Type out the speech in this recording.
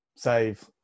Save